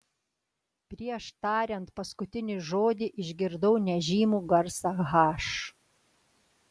prieš tariant paskutinį žodį išgirdau nežymų garsą h